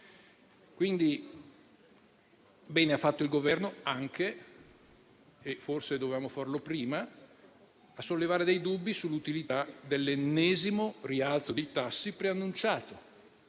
Quindi, bene ha fatto il Governo, e forse dovevamo farlo prima, a sollevare dei dubbi sull'utilità dell'ennesimo rialzo dei tassi preannunciato,